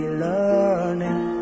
learning